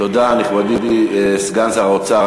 תודה, נכבדי סגן שר האוצר.